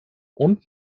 und